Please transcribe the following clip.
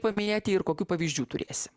paminėti ir kokių pavyzdžių turėsi